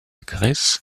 grèce